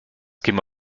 käme